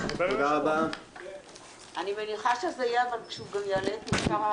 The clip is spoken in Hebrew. הישיבה ננעלה בשעה